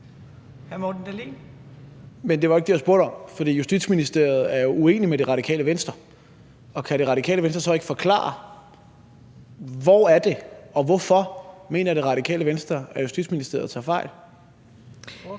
Men det var ikke det, jeg spurgte om. Det Radikale Venstre er uenig med Justitsministeriet. Kan Det Radikale Venstre så ikke forklare, hvor det er og hvorfor Det Radikale Venstre mener, at Justitsministeriet tager fejl?